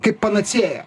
kaip panacėja